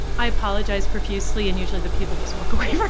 i apologize profusely and usually the people just walk away but